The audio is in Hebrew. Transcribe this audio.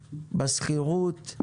בשכירות,